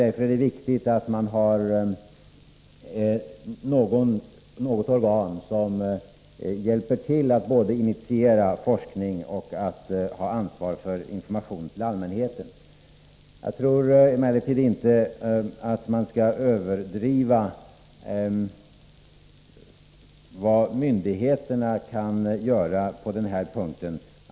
Därför är det viktigt att man har något organ som hjälper till att både initiera forskning och att ha ansvar för informationen till allmänheten. Jag tror emellertid inte att man skall överdriva vad myndigheterna kan göra på den här punkten.